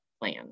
plan